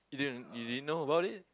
you didn't you didn't know about it